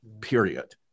period